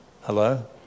Hello